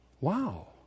wow